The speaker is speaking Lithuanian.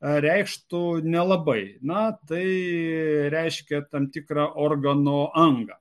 reikštų nelabai na tai reiškia tam tikrą organo angą